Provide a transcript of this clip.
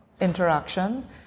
interactions